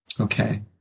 Okay